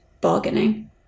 bargaining